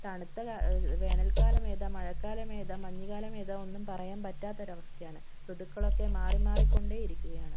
തണുത്ത വേനൽ കാലം ഏതാ മഴക്കാലമേതാ മഞ്ഞുകാലമേതാ ഒന്നും പറയാൻ പറ്റാത്ത ഒരവസ്ഥയാണ് ഋതുക്കളൊക്കെ മാറി മാറിക്കൊണ്ടേ ഇരിക്കുകയാണ്